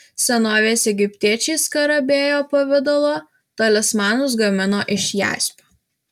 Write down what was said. senovės egiptiečiai skarabėjo pavidalo talismanus gamino iš jaspio